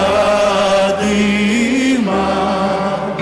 כבוד נשיא המדינה.